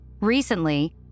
Recently